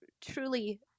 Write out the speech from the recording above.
Truly